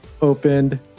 opened